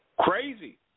Crazy